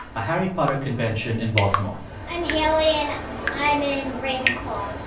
a harry potter convention in baltimore i'm hailey, and i'm in ravenclaw